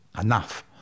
enough